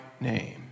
name